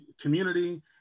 community